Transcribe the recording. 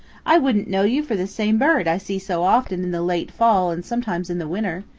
i wouldn't know you for the same bird i see so often in the late fall and sometimes in the winter.